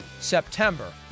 September